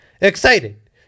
excited